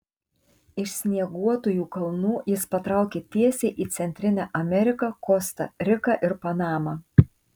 iš snieguotųjų kalnų jis patraukė tiesiai į centrinę ameriką kosta riką ir panamą